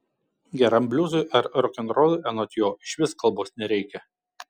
geram bliuzui ar rokenrolui anot jo išvis kalbos nereikia